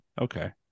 okay